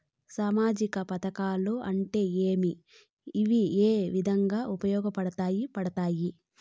సామాజిక పథకాలు అంటే ఏమి? ఇవి ఏ విధంగా ఉపయోగపడతాయి పడతాయి?